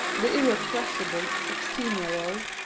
the irrepressible sixteen-year-old,